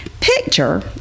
Picture